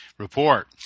Report